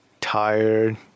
tired